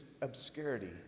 obscurity